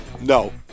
No